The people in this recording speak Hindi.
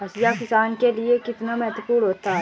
हाशिया किसान के लिए कितना महत्वपूर्ण होता है?